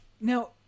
Now